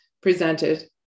presented